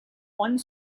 one